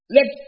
Let